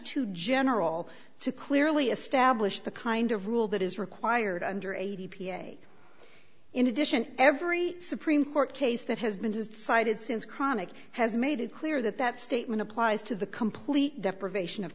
too general to clearly establish the kind of rule that is required under a t p a in addition every supreme court case that has been decided since cronic has made it clear that that statement applies to the complete deprivation of